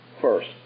first